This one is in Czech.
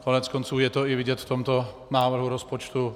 Koneckonců je to i vidět v tomto návrhu rozpočtu.